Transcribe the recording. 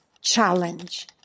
challenge